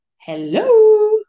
hello